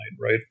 Right